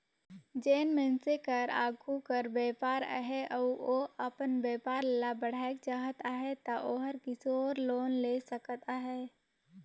जेन मइनसे कर आघु कर बयपार अहे अउ ओ अपन बयपार ल बढ़ाएक चाहत अहे ता ओहर किसोर लोन ले सकत अहे